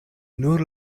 nur